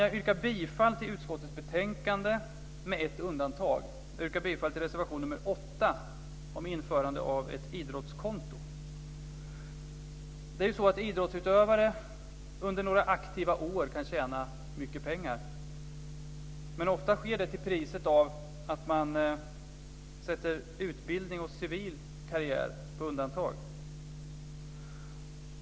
Jag yrkar bifall till förslaget i utskottets betänkande med ett undantag: Jag yrkar bifall till reservation 8 om införande av ett idrottskonto. Idrottsutövare kan under några aktiva år tjäna mycket pengar, men ofta sker det till priset av att man sätter utbildning och civil karriär på undantag.